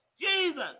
Jesus